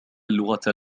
اللغة